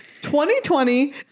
2020